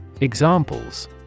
examples